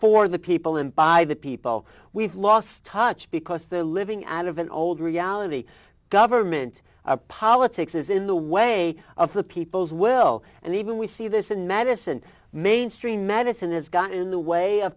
for the people and by the people we've lost touch because they're living out of an old reality government politics is in the way of the people's will and even we see this in madison mainstream medicine has got in the way of